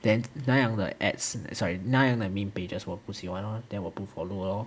then 那样的 ads sorry 那样的 meme pages 我不喜欢 lor then 我不 follow lor